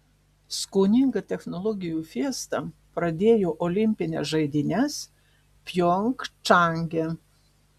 skoninga technologijų fiesta pradėjo olimpines žaidynes pjongčange